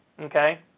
Okay